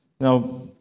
Now